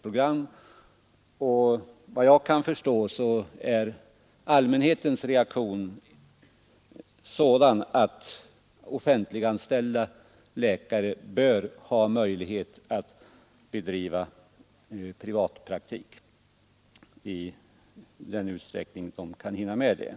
Nr 90 Vad jag kan förstå är allmänhetens reaktion den att offentliganställda läkare bör ha möjlighet att bedriva privatpraktik i den utsträckning de Måndagen den kan hinna med det.